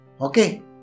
Okay